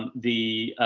the, ah,